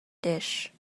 dish